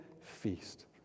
feast